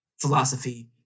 philosophy